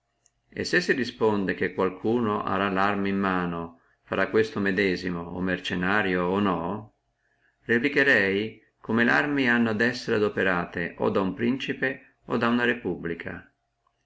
e se si responde che qualunque arà le arme in mano farà questo o mercennario o no replicherei come larme hanno ad essere operate o da uno principe o da una repubblica